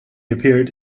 appeared